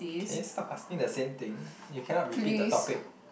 can you stop asking the same thing you cannot repeat the topic